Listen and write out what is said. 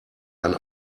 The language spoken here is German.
ein